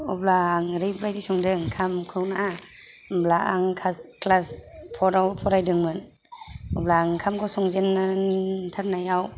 अब्ला आं ओरैबायदि संदों ओंखामखौना होमब्ला आं क्लास फराव फरायदोंमोन अब्ला आं ओंखामखौ संजेनो मोनथारनायाव